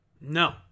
No